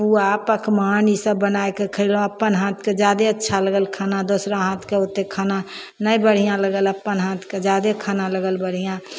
पुआ पकवान ईसब बनायके खयलहुँ अपन हाथके जादे अच्छा लगल खाना दोसरा हाथके ओते खाना नहि बढ़िआँ लगल अपन हाथके जादे खाना लगल बढ़िआँ